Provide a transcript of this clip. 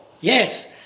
Yes